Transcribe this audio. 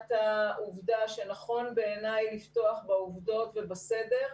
העובדה שנכון בעיניי לפתוח בעובדות ובסדר.